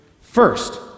First